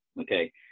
okay